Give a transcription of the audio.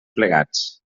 plegats